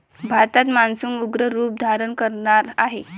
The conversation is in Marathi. भारतात मान्सून उग्र रूप धारण करणार आहे